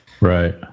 Right